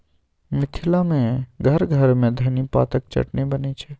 मिथिला मे घर घर मे धनी पातक चटनी बनै छै